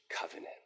covenant